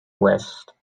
west